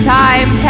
time